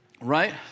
Right